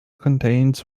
contains